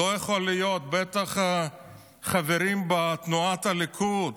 לא יכול להיות, בטח החברים בתנועת הליכוד.